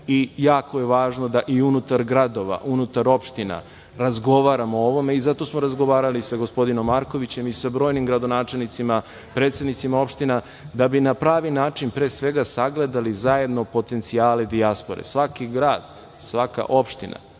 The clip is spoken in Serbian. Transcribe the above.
i jako je važno da unutar gradova, unutar opština razgovaramo o ovome. Zato smo razgovarali sa gospodinom Markovićem i sa brojnim gradonačelnicima, predsednicima opština, da bi na pravi način, pre svega, sagledali zajedno potencijale dijaspore. Svaki grad, svaka opština,